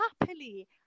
happily